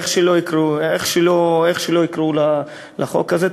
איך שלא יקראו לחוק הזה,